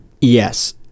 Yes